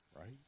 right